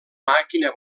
màquina